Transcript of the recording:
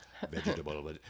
Vegetable